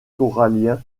coralliens